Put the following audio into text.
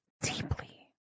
deeply